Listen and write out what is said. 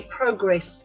progress